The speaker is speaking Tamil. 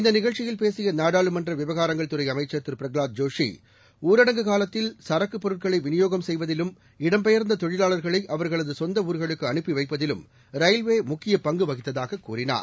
இந்தநிகழ்ச்சியில் பேசியநாடாளுமன்றவிவகாரங்கள் துறைஅமைச்சர் திருபிரகலாத் ஜோஷி ஊரடங்கு காலத்தில் சரக்குபொருட்களைவிநியோகம் செய்வதிறும் இடம்பெயர்ந்ததொழிலாளர்களைஅவர்களதுசொந்தஊர்களுக்குஅனுப்பிவைப்பதிலும் ரயில்வேமுக்கியபங்குவகித்ததாகக் கூறினார்